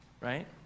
right